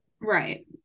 Right